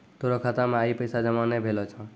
तोरो खाता मे आइ पैसा जमा नै भेलो छौं